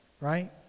right